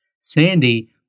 Sandy